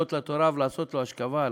לעלות לתורה ולעשות לו אשכבה.